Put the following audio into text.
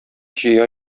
җыя